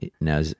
Now